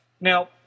now